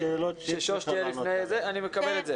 --- ששוש תהיה לפני, אני מקבל את זה.